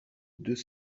deux